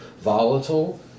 volatile